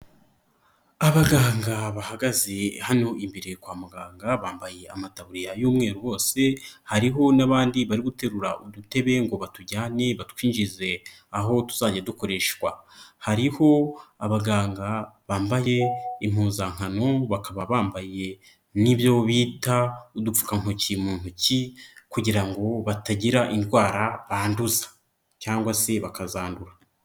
Abaganga bahagaze hano imbere kwa muganga, bambaye amatabuririya y'umweru bose. Hariho n'abandi bari guterura udutebe ngo batujyane batwinjize aho tuzajya dukoreshwa. Hariho abaganga bambaye impuzankano bakaba bambaye n'ibyo bita udupfukantoki mu ntoki kugira ngo batagira indwara banduza cyangwa se bakazandura.